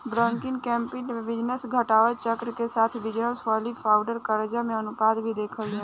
working capital में business घटना चक्र के साथ बिजनस पॉलिसी आउर करजा के अनुपात भी देखल जाला